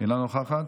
אינה נוכחת,